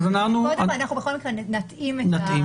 אנחנו בכל מקרה נתאים.